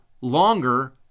longer